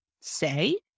say